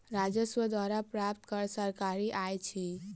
राजस्व द्वारा प्राप्त कर सरकारी आय अछि